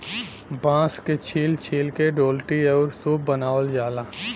बांस के छील छील के डोल्ची आउर सूप बनावल जाला